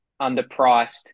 underpriced